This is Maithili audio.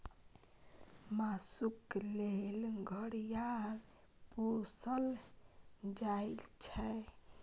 मासुक लेल घड़ियाल पोसल जाइ छै